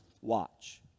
watch